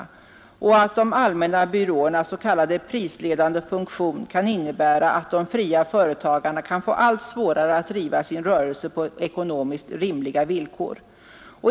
De allmänna byråernas s.k. prisledande funktion kan komma att innebära att de fria företagarna får allt svårare att driva sin rörelse på ekonomiskt rimliga villkor.